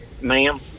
ma'am